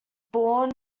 born